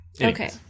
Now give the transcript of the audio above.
okay